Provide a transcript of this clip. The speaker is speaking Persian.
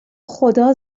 خدا